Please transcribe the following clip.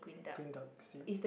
green duck see